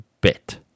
bit